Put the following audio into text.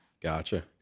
Gotcha